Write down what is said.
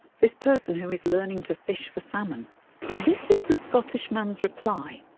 this person who is learning to fish for salmon and this is the scottish man's reply.